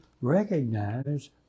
recognize